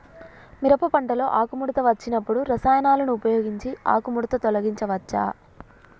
మిరప పంటలో ఆకుముడత వచ్చినప్పుడు రసాయనాలను ఉపయోగించి ఆకుముడత తొలగించచ్చా?